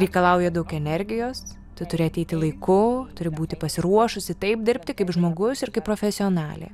reikalauja daug energijos tu turi ateiti laiku turi būti pasiruošusi taip dirbti kaip žmogus ir kaip profesionalė